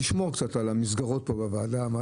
תשמור קצת על המסגרות פה בוועדה.